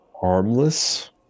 Harmless